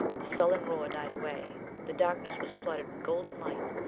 the sullen roar died away the darkness was flooded with golden light,